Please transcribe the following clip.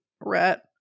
rat